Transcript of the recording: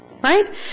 Right